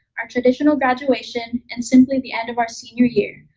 our traditional graduation, and simply the end of our senior year,